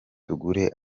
tugure